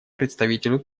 представителю